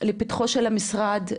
לפתחו של המשרד.